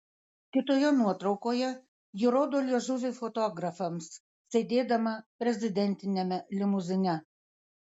kitoje nuotraukoje ji rodo liežuvį fotografams sėdėdama prezidentiniame limuzine